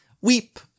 Weep